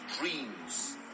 dreams